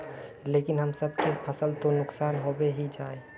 लेकिन हम सब के फ़सल तो नुकसान होबे ही जाय?